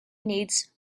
needs